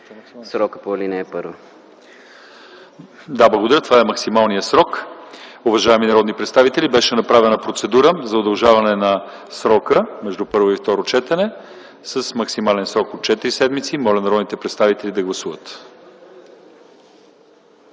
ЛЪЧЕЗАР ИВАНОВ: Да, благодаря. Това е максималният срок. Уважаеми народни представители, беше направена процедура за удължаване на срока между първо и второ четене с максимален срок от четири седмици. Моля народните представители да гласуват.